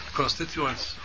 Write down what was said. constituents